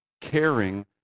caring